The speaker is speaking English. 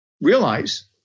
realize